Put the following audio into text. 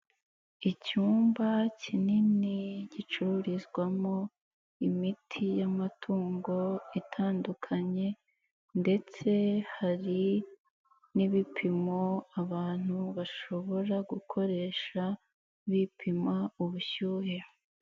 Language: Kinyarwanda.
Icyumba kinini, gicururizwamo imiti y'amatungo itandukanye ndetse hari n'ibipimo, abantu bashobora gukoresha, bipima ubushyuhe.